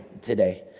today